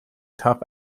tough